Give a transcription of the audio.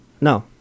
No